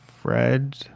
Fred